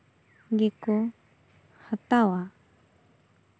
ᱜᱮᱠᱚ ᱦᱟᱛᱟᱣᱟ